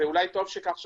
ואולי טוב שכך,